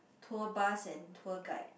tour bus and tour guide